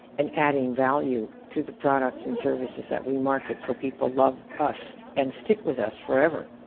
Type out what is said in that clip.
and adding value to the products and services that we market so people love us and stick with us forever.